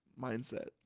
mindset